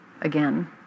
again